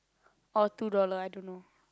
or two dollar I don't know